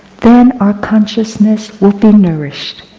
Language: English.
then, our consciousness will be nourished.